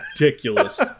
Ridiculous